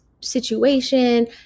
situation